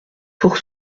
pour